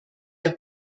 der